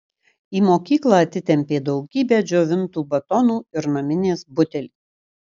į mokyklą atitempė daugybę džiovintų batonų ir naminės butelį